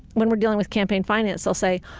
when we're dealing with campaign finance, they'll say,